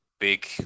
big